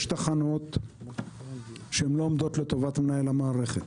יש תחנות שהן לא עומדות לטובת מנהל המערכת.